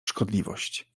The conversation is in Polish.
szkodliwość